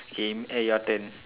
game eh your turn